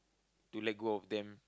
to let go of them